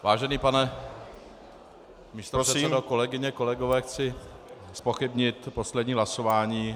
Vážený pane místopředsedo, kolegyně, kolegové, chci zpochybnit poslední hlasování.